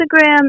Instagram